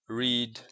read